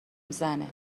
زنه